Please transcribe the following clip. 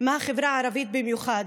מהחברה הערבית במיוחד,